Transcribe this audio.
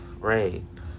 rape